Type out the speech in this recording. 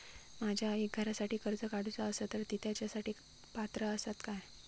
माझ्या आईक घरासाठी कर्ज काढूचा असा तर ती तेच्यासाठी पात्र असात काय?